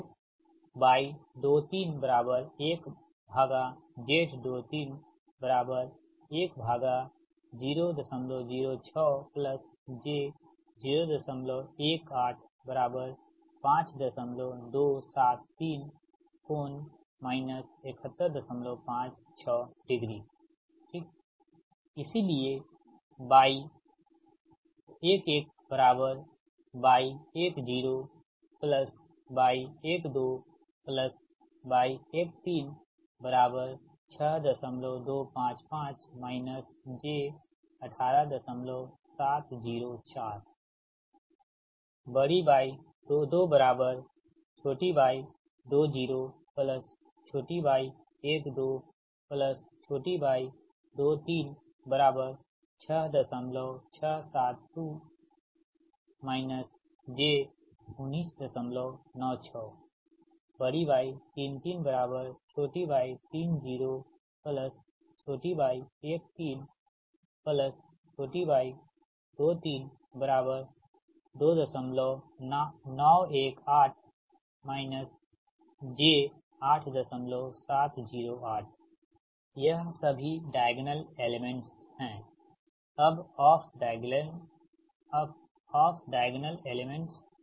तो y231z231006 j 0185273∠ 7156° इसलिए यह सभी डायग्नल एलेमेंट्स है अब ऑफ डायग्नल एलेमेंट्स